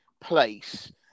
place